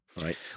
right